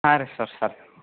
ಹಾಂ ರೀ sir sir